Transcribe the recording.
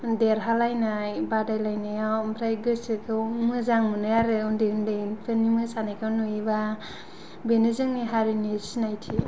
देरहालायनय बादायलायनायाव ओमफ्राय गोसोखौ मोजां मोनो आरो उन्दै उन्दैफोरनि मोसानायखौ नुयोबा बेनो जोंनि हारिनि सिनायथि